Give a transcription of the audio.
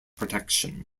protection